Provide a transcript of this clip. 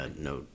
No